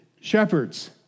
shepherds